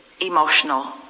emotional